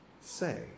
say